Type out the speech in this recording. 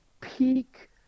peak